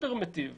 סופר-מיטיב